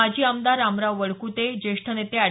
माजी आमदार रामराव वड्कुते ज्येष्ठ नेते अॅड